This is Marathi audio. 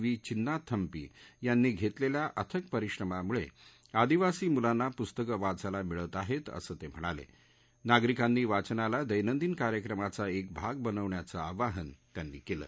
वी चिन्नाथम्पी यांनी घरलिखिा अथक परिश्रमामुळ अदिवासी मुलांना पुस्तकं वाचायला मिळत आहर्व असं त व्हिणाल जागरिकांनी वाचनाला दैनदिन कार्यक्रमाचा एक भाग बनवण्याचं आवाहन त्यांनी कलि